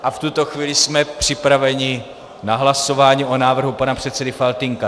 V tuto chvíli jsme připraveni na hlasování o návrhu pana předsedy Faltýnka.